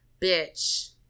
bitch